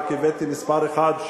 רק הבאתי מספר אחד,